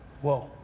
Whoa